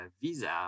visa